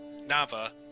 Nava